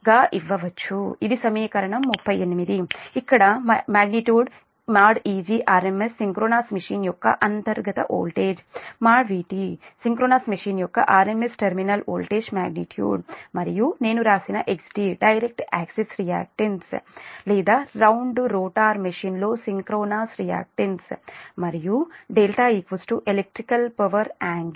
ఇది సమీకరణం 38 ఇక్కడ magnitude Eg rms synchronous machine యొక్క అంతర్గత వోల్టేజ్ | Vt | సింక్రోనస్ మెషీన్ యొక్క rms టెర్మినల్ వోల్టేజ్ మాగ్నిట్యూడ్ మరియు నేను వ్రాసిన xd డైరెక్ట్ యాక్సిస్ రియాక్టన్స్ లేదా రౌండ్ రోటర్ మెషీన్లో సింక్రోనస్ రియాక్టన్స్ మరియు δ ఎలక్ట్రికల్ పవర్ యాంగిల్